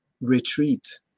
retreat